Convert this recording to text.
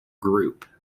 group